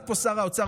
אבל עמד פה שר האוצר,